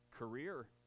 Career